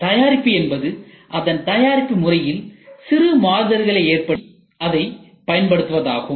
தயாரிப்பு என்பது அதன் தயாரிப்பு முறையில் சிறு மாறுதல்களை ஏற்படுத்தி அதை பயன்படுத்துவதாகும்